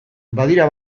badira